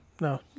no